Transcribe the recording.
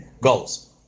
goals